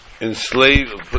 enslaved